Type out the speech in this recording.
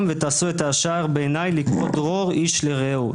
ותעשו את הישר בעיניי לקבוע דרור איש לרעהו".